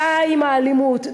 די עם האלימות,